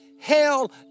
hell